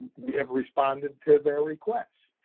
we have responded to their request,